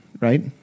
right